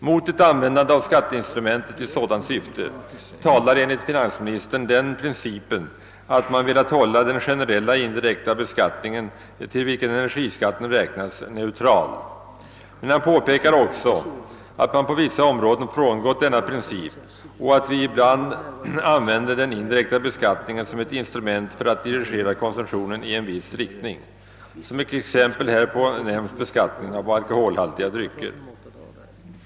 Mot ett användande av skatteinstrumentet i sådant syfte talar enligt finansministern den principen att man velat hålla den generella indirekta beskattningen, till vilken energiskatten räknas, neutral. Men han påpekar också att man på vissa områden frångått denna princip och att vi ibland använder den indirekta beskattningen som ett instrument för att dirigera konsumtionen i en viss riktning. Som exempel härpå nämns beskattningen av alkoholhaltiga drycker.